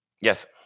Yes